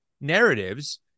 narratives